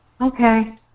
Okay